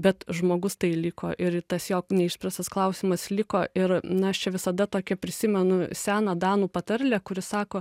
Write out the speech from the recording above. bet žmogus tai liko ir tas jo neišspręstas klausimas liko ir na aš čia visada tokią prisimenu seną danų patarlę kuri sako